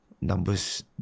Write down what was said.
numbers